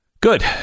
Good